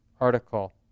article